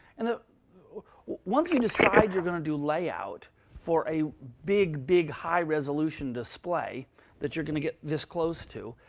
and ah once you decide you're going to do layout for a big, big high resolution display that you're going to get this close to,